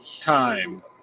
time